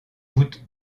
voûtes